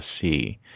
see